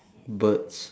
birds